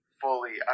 fully